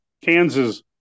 Kansas